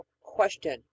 Question